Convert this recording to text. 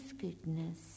goodness